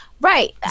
Right